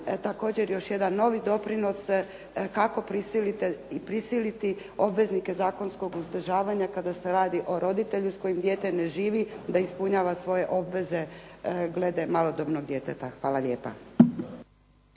Također još jedan novi doprinos kako prisiliti obveznike zakonskog uzdržavanja kada se radi o roditelju s kojim dijete ne živi da ispunjava svoje obveze glede malodobnog djeteta. Hvala lijepa.